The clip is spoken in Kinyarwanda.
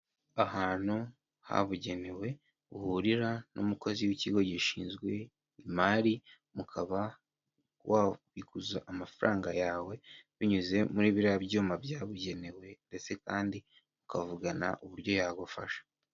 Ahantu habugenewe uhurira n'umukozi w'ikigo gishinzwe imari, mukaba wabikuza amafaranga yawe, binyuze muri biriya byuma byabugenewe ndetse kandi mukavugana uburyo yagufasha.